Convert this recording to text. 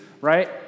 Right